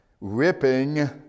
ripping